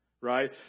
Right